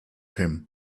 him